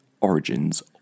Origins